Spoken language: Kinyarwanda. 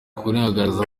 agaragaza